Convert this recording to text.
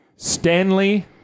Stanley